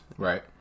Right